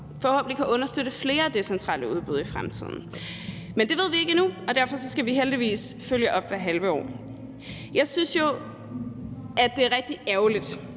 forhåbentlig kan understøtte flere decentrale udbud i fremtiden. Men det ved vi ikke endnu, og derfor skal vi heldigvis følge op hvert halve år. Jeg synes jo, det er rigtig ærgerligt,